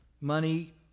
money